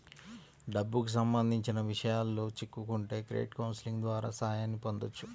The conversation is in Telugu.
డబ్బుకి సంబంధించిన విషయాల్లో చిక్కుకుంటే క్రెడిట్ కౌన్సిలింగ్ ద్వారా సాయాన్ని పొందొచ్చు